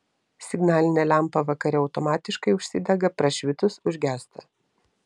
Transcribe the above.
signalinė lempa vakare automatiškai užsidega prašvitus užgęsta